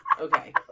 Okay